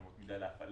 אמות מידה להפעלה.